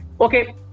Okay